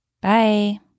Bye